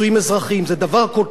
זה דבר כל כך בסיסי.